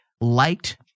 liked